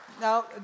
Now